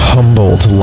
Humboldt